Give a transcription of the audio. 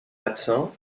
absent